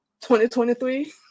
2023